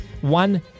one